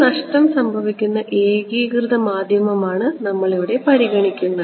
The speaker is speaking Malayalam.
ഒരു നഷ്ടം സംഭവിക്കുന്ന ഏകീകൃത മാധ്യമമാണ് നമ്മൾ ഇവിടെ പരിഗണിക്കുന്നത്